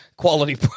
quality